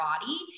body